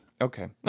okay